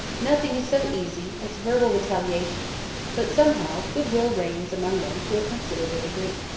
nothing is so easy as verbal retaliation but, somehow, good-will reigns among them to a considerable degree.